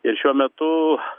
ir šiuo metu